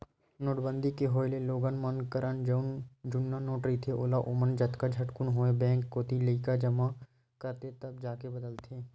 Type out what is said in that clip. नोटबंदी के होय ले लोगन मन करन जउन जुन्ना नोट रहिथे ओला ओमन जतका झटकुन होवय बेंक कोती लाके जमा करथे तब जाके बदलाथे